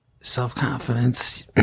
self-confidence